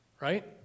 right